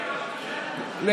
לפרוטוקול, נגד.